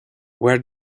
where